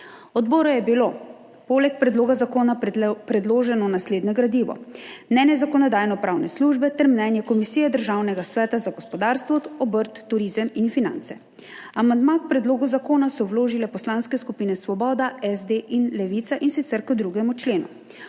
Odboru je bilo poleg predloga zakona predloženo naslednje gradivo: mnenje Zakonodajno-pravne službe ter mnenje Komisije Državnega sveta za gospodarstvo, obrt, turizem in finance. Amandma k predlogu zakona so vložile poslanske skupine Svoboda, SD in Levica, in sicer k 2. členu.